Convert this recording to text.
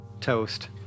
toast